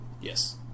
Yes